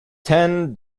ten